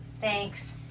Thanks